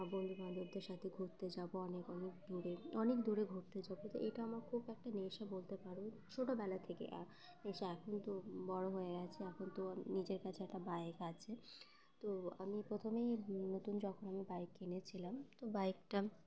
বন্ধুবান্ধবদের সাথে ঘুরতে যাবো অনেক অনেক দূরে অনেক দূরে ঘুরতে যাবো তো এটা আমার খুব একটা নেশা বলতে পারো ছোটোবেলা থেকে নেশা এখন তো বড়ো হয়ে গেছে এখন তো নিজের কাছে একটা বাইক আছে তো আমি প্রথমেই নতুন যখন আমি বাইক কিনেছিলাম তো বাইকটা